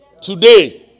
Today